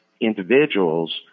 individuals